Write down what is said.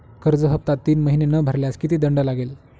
कर्ज हफ्ता तीन महिने न भरल्यास किती दंड लागेल?